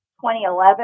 2011